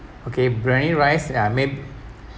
okay briyani rice ya may